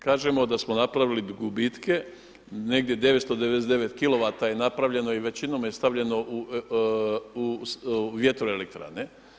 Kažemo da smo napravili gubitke, negdje 999 kilovata je napravljeno i većinom je stavljeno u vjetrove elektrane.